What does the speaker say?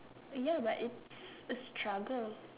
you know right it's a struggle